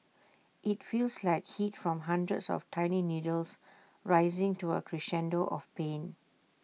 IT feels like heat from hundreds of tiny needles rising to A crescendo of pain